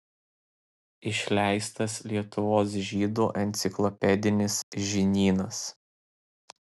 išleistas lietuvos žydų enciklopedinis žinynas